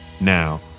Now